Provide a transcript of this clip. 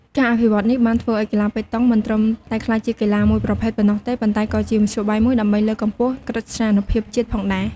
ការអភិវឌ្ឍន៍នេះបានធ្វើឱ្យកីឡាប៉េតង់មិនត្រឹមតែក្លាយជាកីឡាមួយប្រភេទប៉ុណ្ណោះទេ ប៉ុន្តែក៏ជាមធ្យោបាយមួយដើម្បីលើកកម្ពស់កិត្យានុភាពជាតិផងដែរ។